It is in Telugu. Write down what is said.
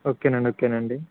ఓకే అండి ఓకే అండి